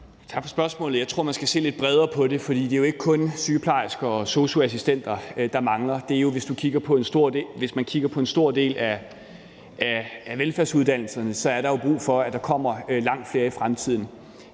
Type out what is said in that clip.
Tak for spørgsmålet. Jeg tror, man skal se lidt bredere på det, for det er jo ikke kun sygeplejersker og sosu-assistenter, der mangler. Hvis man kigger på en stor del af velfærdsuddannelserne, er der brug for, at der i fremtiden